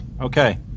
Okay